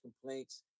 complaints